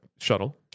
shuttle